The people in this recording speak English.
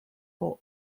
for